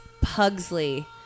Pugsley